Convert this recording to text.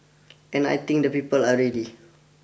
and I think the people are ready